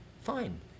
fine